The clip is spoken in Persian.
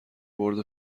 برد